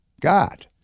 God